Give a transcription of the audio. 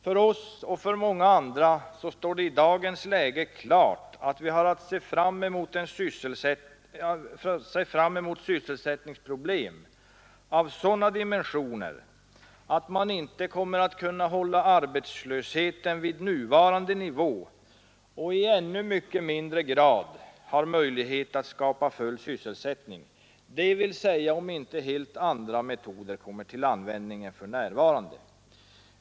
För oss och för många andra står det i dagens läge klart att vi har att se fram mot sysselsättningsproblem av sådana dimensioner att man inte kommer att kunna hålla arbetslösheten vid nuvarande nivå och ännu mindre ha möjlighet att skapa full sysselsättning — dvs. om inte helt andra metoder kommer till användning än för närvarande.